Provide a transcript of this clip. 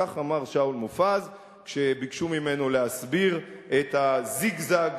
כך אמר שאול מופז כשביקשו ממנו להסביר את הזיגזג